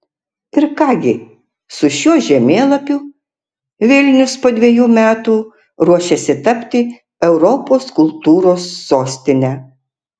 ir ką gi su šiuo žemėlapiu vilnius po dviejų metų ruošiasi tapti europos kultūros sostine